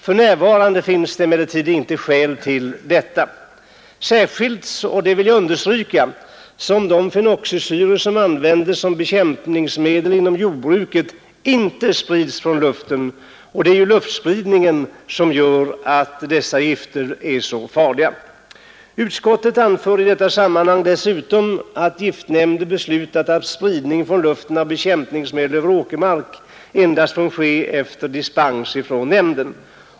För närvarande finns det emellertid inte skäl till detta, särskilt — det vill jag understryka — som de fenoxisyror som används såsom bekämpningsmedel inom jordbruket inte sprids från luften; det är ju luftspridningen som gör dessa gifter så farliga. Utskottet anför i detta sammanhang dessutom att giftnämnden beslutat att spridning från luften av bekämpningsmedel över åkermark endast får ske efter dispens från nämnden.